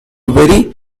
very